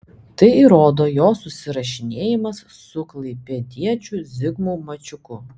tai įrodo jo susirašinėjimas su klaipėdiečiu zigmu mačiuku